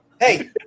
Hey